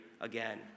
again